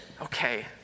Okay